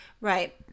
Right